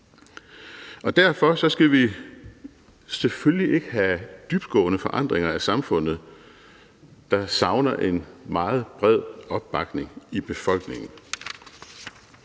Derfor skal vi selvfølgelig ikke have dybtgående forandringer af samfundet, der ikke har en meget bred opbakning i befolkningen.